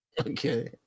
Okay